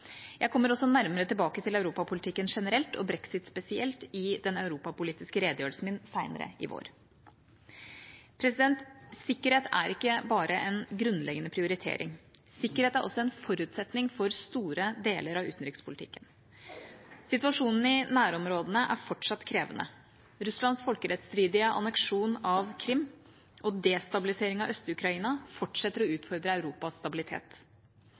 Jeg kommer også nærmere tilbake til Europa-politikken generelt og Brexit spesielt i den europapolitiske redegjørelsen min senere i vår. Sikkerhet er ikke bare en grunnleggende prioritering. Sikkerhet er også en forutsetning for store deler av utenrikspolitikken. Situasjonen i nærområdene er fortsatt krevende. Russlands folkerettsstridige anneksjon av Krim og destabiliseringen av Øst-Ukraina fortsetter å utfordre Europas stabilitet.